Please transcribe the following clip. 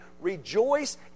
rejoice